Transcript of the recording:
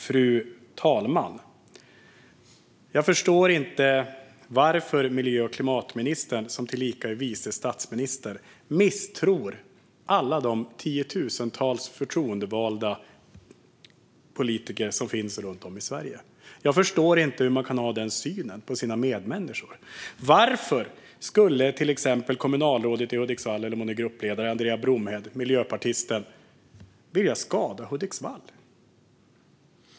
Fru talman! Jag förstår inte varför miljö och klimatministern, som tillika är vice statsminister, misstror alla de tiotusentals förtroendevalda politiker som finns runt om i Sverige. Jag förstår inte hur man kan ha den synen på sina medmänniskor. Varför skulle till exempel Hudiksvalls kommunalråd, eller om hon är gruppledare, miljöpartisten Andréa Bromhed, vilja skada Hudiksvall?